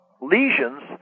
lesions